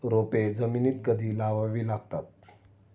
रोपे जमिनीत कधी लावावी लागतात?